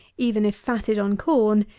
even if fatted on corn,